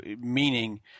Meaning